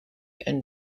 and